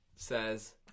Says